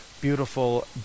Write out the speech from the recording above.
beautiful